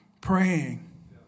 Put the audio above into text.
praying